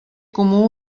comú